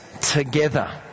together